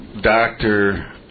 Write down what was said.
doctor